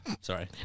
Sorry